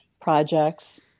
projects